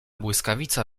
błyskawica